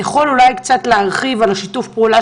אתה יכול אולי להרחיב במקצת על שיתוף הפעולה